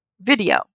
video